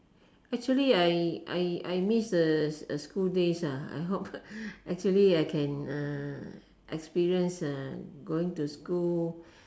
actually I I I miss a school days I hope actually I can experience going to school